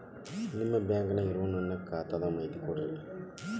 ನಿಮ್ಮ ಬ್ಯಾಂಕನ್ಯಾಗ ಇರೊ ನನ್ನ ಖಾತಾದ ಮಾಹಿತಿ ಕೊಡ್ತೇರಿ?